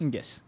Yes